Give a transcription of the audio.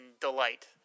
Delight